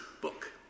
book